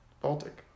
Baltic